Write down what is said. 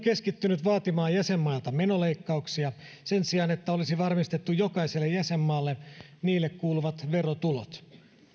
keskittynyt vaatimaan jäsenmailta menoleikkauksia sen sijaan että olisi varmistettu jokaiselle jäsenmaalle niille kuuluvat verotulot